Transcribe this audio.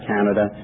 Canada